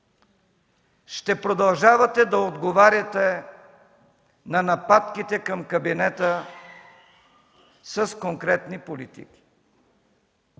ще продължавате да отговаряте на нападките към кабинета с конкретни политики.